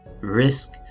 risk